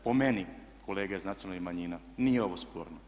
Po meni, kolege iz nacionalnih manjina, nije ovo sporno.